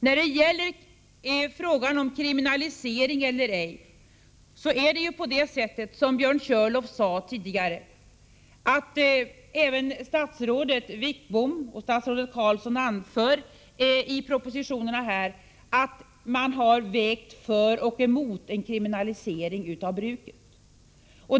När det gäller frågan om kriminalisering eller ej är det som Björn Körlof tidigare sade: även statsråden Wickbom och Carlsson anför i propositionerna att de har vägt skälen för och emot en kriminalisering av bruket.